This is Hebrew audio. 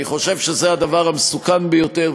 אני חושב שזה הדבר המסוכן ביותר.